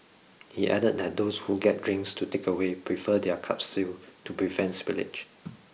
he added that those who get drinks to takeaway prefer their cups sealed to prevent spillage